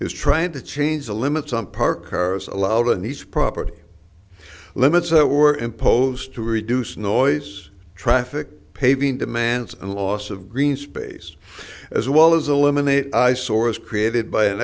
is trying to change the limits on park cars allowed and he's property limits that were imposed to reduce noise traffic paving demands and loss of green space as well as eliminate eyesores created by